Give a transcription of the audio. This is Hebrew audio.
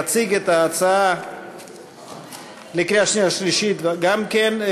9), לקריאה שנייה ושלישית גם כן.